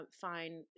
fine